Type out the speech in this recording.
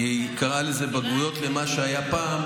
כי היא קראה לזה בגרויות, למה שהיה פעם.